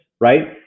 right